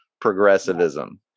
progressivism